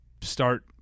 start